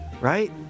right